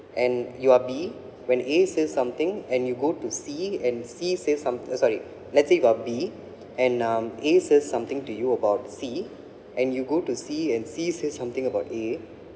and you are B when A says something and you go to C and C say some uh sorry let's say you're B and um A says something to you about C and you go to C and C says something about A